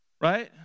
right